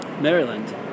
Maryland